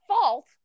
fault